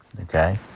okay